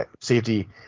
safety